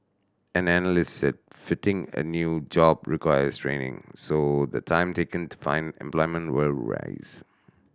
an analyst said fitting a new job requires training so the time taken to find employment will rise